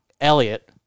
Elliot